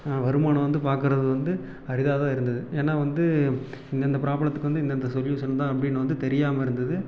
வருமானம் வந்து பார்க்கறது வந்து அரிதாகதான் இருந்தது ஏனால் வந்து இந்தந்த ப்ராப்ளத்துக்கு வந்து இந்தந்த சொல்யூஷன்தான் அப்படின்னு வந்து தெரியாமல் இருந்தது